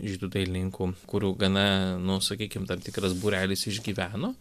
žydų dailininkų kurių gana nu sakykim tam tikras būrelis išgyveno